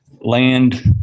land